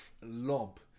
lob